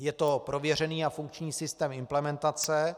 Je to prověřený a funkční systém implementace.